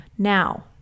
Now